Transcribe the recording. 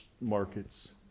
markets